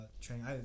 training